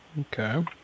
Okay